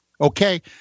Okay